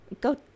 go